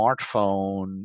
smartphone